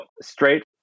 straight